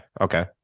okay